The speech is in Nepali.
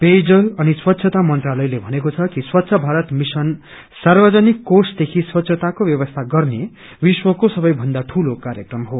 पेयजल अनि स्वच्छता मंत्रालयले भनेको छ कि स्वच्छ भारत मिशन सार्वजनिक कोष देखि स्वच्छताको व्यवस्था गर्ने विश्वको सबैभन्दा ठूलो कार्यक्रम हो